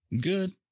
Good